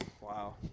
Wow